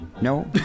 No